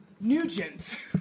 Nugent